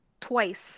Twice